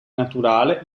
naturale